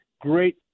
great